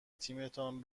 تیمتان